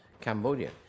Cambodia